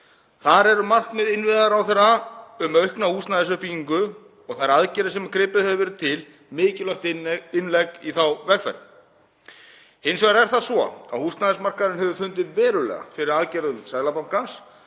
Þar eru markmið innviðaráðherra um aukna húsnæðisuppbyggingu og þær aðgerðir sem gripið hefur verið til mikilvægt innlegg í þá vegferð. Hins vegar er það svo að húsnæðismarkaðurinn hefur fundið verulega fyrir aðgerðum Seðlabankans